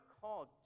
called